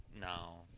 No